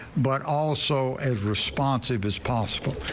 but also as responsive as possible.